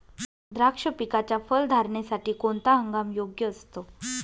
द्राक्ष पिकाच्या फलधारणेसाठी कोणता हंगाम योग्य असतो?